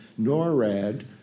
NORAD